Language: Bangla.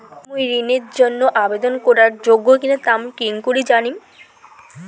মুই ঋণের জন্য আবেদন করার যোগ্য কিনা তা মুই কেঙকরি জানিম?